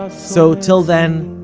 ah so till then,